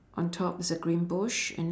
on top is a green bush and th~